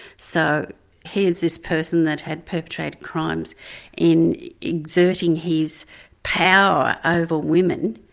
so here's this person that had perpetrated crimes in exerting his power over women,